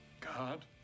God